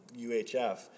UHF